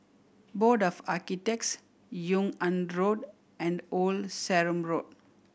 Board of Architects Yung An Road and Old Sarum Road